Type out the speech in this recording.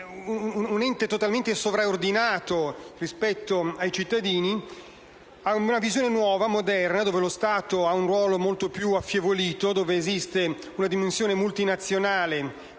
un ente totalmente sovraordinato rispetto ai cittadini, ad una nuova e moderna, in cui lo Stato ha un ruolo molto più affievolito, esiste una dimensione multinazionale